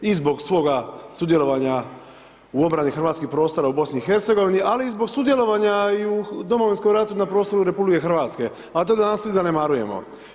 I zbog svoga sudjelovanja u obrani hrvatskih prostora u BiH, ali i zbog sudjelovanja i u Domovinskom ratu na prostoru RH, a to danas svi zanemarujemo.